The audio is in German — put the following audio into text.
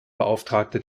beauftragte